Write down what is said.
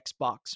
xbox